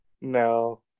No